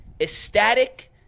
ecstatic